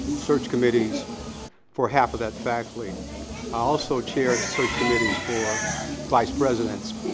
search committees for half of that faculty. i also chaired search committees for vice presidents,